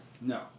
No